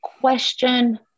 question